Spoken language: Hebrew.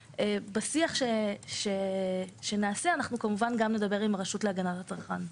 בשיח שנעשה כמובן גם נדבר עם רשות להגנת הצרכן.